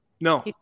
No